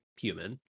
human